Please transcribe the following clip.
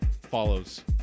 follows